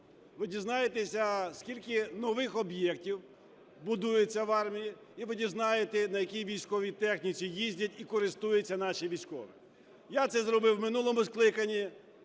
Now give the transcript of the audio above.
ви дізнаєтесь, скільки нових об'єктів будується в армії, і ви дізнаєтесь, на якій військовій техніці їздять і користуються наші військові. Я це зробив в минулому скликанні,